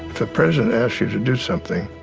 the president asks you to do something